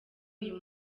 uyu